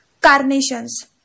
Carnations